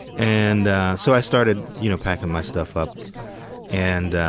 and so, i started, you know, packin' my stuff up and